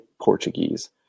Portuguese